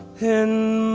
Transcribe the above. him?